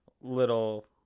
little